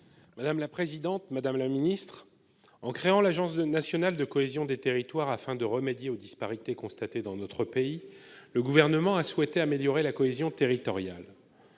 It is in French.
territoriales. Madame la ministre, en créant l'Agence nationale de la cohésion des territoires (ANCT) afin de remédier aux disparités constatées dans notre pays, le Gouvernement a souhaité améliorer la cohésion territoriale.